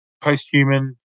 post-human